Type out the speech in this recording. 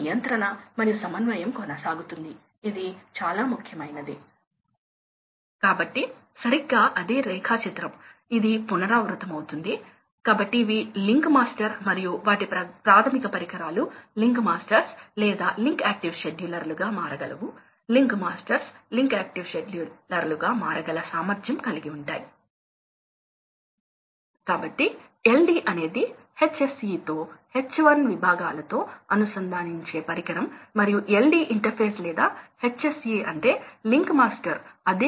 5 రూపాయలు అవుతుంది ఇది ఒక రకమైన సగటు రేటు ఖచ్చితంగా కాదు ఇది స్టేట్ స్టేట్ కు మారుతుంది ఇది వివిధ ఎనర్జీ స్లాబ్ లు మరియు ఇండస్ట్రీ ఎనర్జీ పై మారుతూ ఉంటుంది రేట్లు ఏమైనప్పటికీ కిలోవాట్పై ఆధారపడి ఉండడం కాకుండా ఇది గరిష్ట డిమాండ్పై కూడా ఆధారపడి ఉంటుంది సుమారుగా చెప్పాలంటే మీరు 2